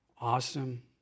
awesome